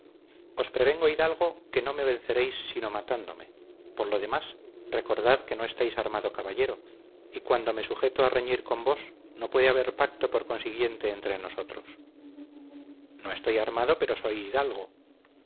os prevengo hidalgo que no me venceréis sino matándome por lo demás recordad que no estáis armado caballero y cuando me sujeto a reñir con vos no puede haber pacto por consiguiente entre nosotros no estoy armado pero soy hidalgo